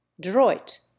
Droit